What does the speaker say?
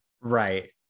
Right